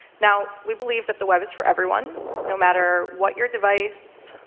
now, we believe that the web is for everyone, no matter what your device,